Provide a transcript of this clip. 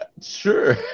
sure